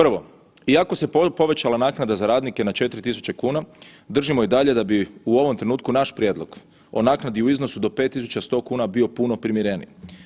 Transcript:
Prvo, iako se povećala naknada za radnike na 4.000 kuna držimo i dalje da bi u ovom trenutku naš prijedlog o naknadi u iznosu do 5.100 kuna bio puno primjereniji.